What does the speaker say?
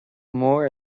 mór